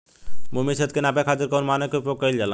भूमि क्षेत्र के नापे खातिर कौन मानक के उपयोग कइल जाला?